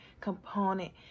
component